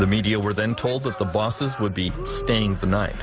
the media were then told that the bosses would be staying the night